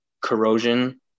corrosion